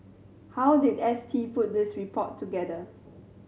how did S T put this report together